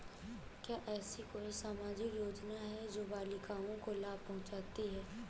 क्या ऐसी कोई सामाजिक योजनाएँ हैं जो बालिकाओं को लाभ पहुँचाती हैं?